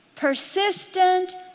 Persistent